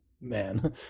man